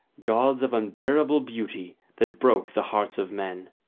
gods of unbearable beauty, that broke the hearts of men.